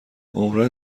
عمرا